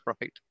right